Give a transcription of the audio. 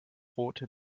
rote